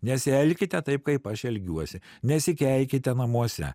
nesielkite taip kaip aš elgiuosi nesikeikite namuose